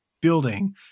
building